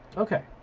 okay.